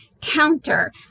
counter